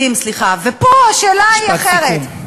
פה השאלה היא אחרת.